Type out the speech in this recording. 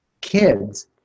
kids